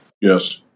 yes